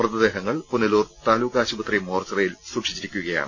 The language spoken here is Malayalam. മൃതദേഹങ്ങൾ പുനലൂർ താലൂക്കാശുപത്രി മോർച്ചറിയിൽ സൂക്ഷിച്ചിരിക്കുകയാണ്